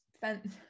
fence